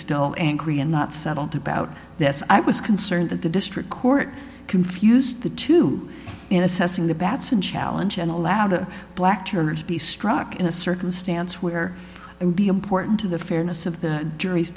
still angry and not settled about this i was concerned that the district court confused the two in assessing the batson challenge and allowed a black church to be struck in a circumstance where it would be important to the fairness of the jury's